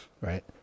right